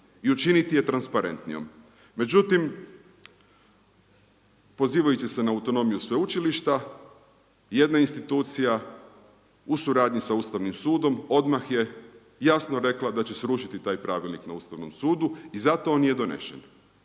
i učiniti je transparentnijom. Međutim, pozivajući se na autonomiju sveučilišta jedna institucija u suradnji sa Ustavnim sudom odmah je jasno rekla da će srušiti taj pravilnik na Ustavnom sudu i zato on nije donesen.